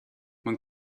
man